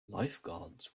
lifeguards